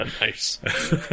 Nice